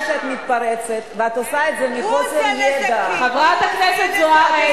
אני רוצה להרגיע את כולם, חברת הכנסת זוארץ.